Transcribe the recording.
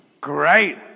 great